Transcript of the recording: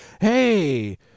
hey